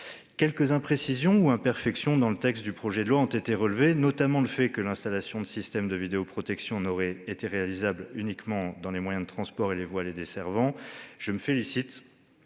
Quelques imprécisions ou imperfections ont été relevées dans le texte du projet de loi, notamment le fait que l'installation de systèmes de vidéoprotection n'aurait été réalisable que « dans les moyens de transport et les voies les desservant ». Je me félicite